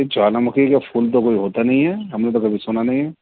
جوالا مکھی کا پھول تو کوئی ہوتا نہیں ہے ہم نے تو کبھی سنا نہیں ہے